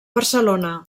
barcelona